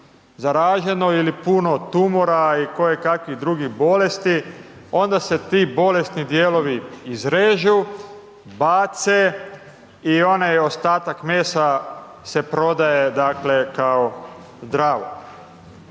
zaraženo ili puno tumora i kojekakvih drugih bolesti, onda se ti bolesni dijelovi izrežu, bace i onaj ostatak mesa se prodaje, dakle, kao zdravo.